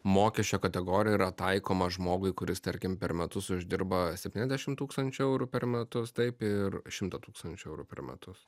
mokesčio kategorija yra taikoma žmogui kuris tarkim per metus uždirba septyniasdešimt tūkstančių eurų per metus taip ir šimtą tūkstančių eurų per metus